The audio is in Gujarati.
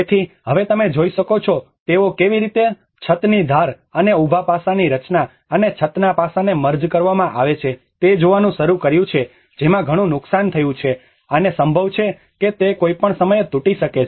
તેથી હવે તમે જોઈ શકો છો કે તેઓએ કેવી રીતે છતની ધાર અને ઉભા પાસાની રચના અને છતના પાસાને મર્જ કરવામાં આવ્યા છે તે જોવાનું શરૂ કર્યું છે કે જેમાં ઘણું નુકસાન થયું છે અને સંભવ છે કે તે કોઈ પણ સમયે તૂટી શકે છે